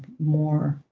more,